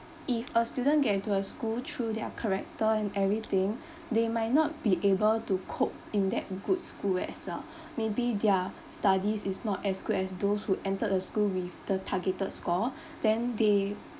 if a student get into a school through their character and everything they might not be able to cope in that good school as well maybe their studies is not as good as those who entered the school with the targeted score then they